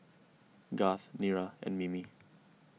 Garth Nira and Mimi